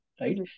right